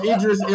Idris